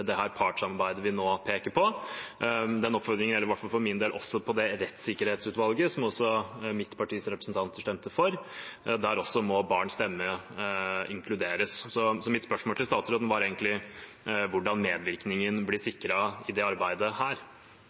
partssamarbeidet vi nå peker på. Den oppfordringen gjelder, i hvert fall for min del, også det rettssikkerhetsutvalget som mitt partis representanter stemte for – også der må barns stemme inkluderes. Mitt spørsmål til statsråden var egentlig hvordan medvirkningen blir sikret i dette arbeidet.